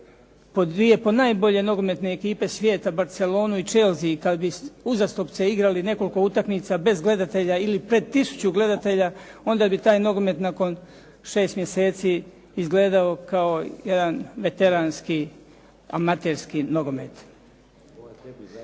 ponajbolje nogometne ekipe svijeta, Barcelonu i Chelsea, kad bi uzastopce igrali nekoliko utakmica bez gledatelja ili pred 1000 gledatelja, onda bi taj nogomet nakon 6 mjeseci izgledao kao jedan veteranski, amaterski nogomet.